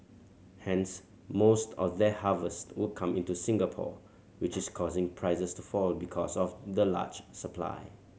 hence most of their harvest would come into Singapore which is causing prices to fall because of the large supply